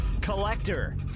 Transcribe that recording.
Collector